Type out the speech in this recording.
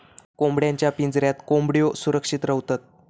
कोंबड्यांच्या पिंजऱ्यात कोंबड्यो सुरक्षित रव्हतत